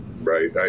right